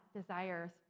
desires